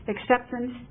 acceptance